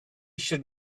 should